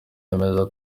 yemeza